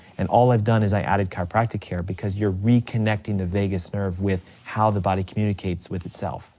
and all i've done is i've added chiropractic care because you're reconnecting the vagus nerve with how the body communicates with itself.